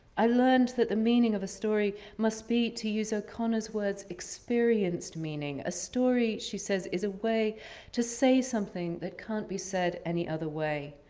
i learned that the meaning of a story must be to use o'connor's words, experienced meaning. a story she says is a way to say something that can't be said any other way.